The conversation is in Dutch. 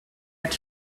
het